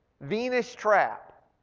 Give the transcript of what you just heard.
Venus-trap